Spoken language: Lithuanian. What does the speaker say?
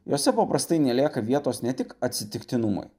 jose paprastai nelieka vietos ne tik atsitiktinumui